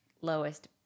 lowest